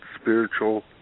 spiritual